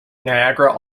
niagara